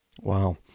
Wow